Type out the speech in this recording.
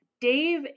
Dave